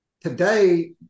today